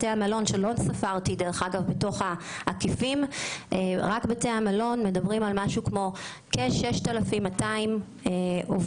את בתי המלון לא ספרתי בתוך העקיפים אבל רק שם מדובר על כ-6,200 עובדים